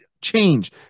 change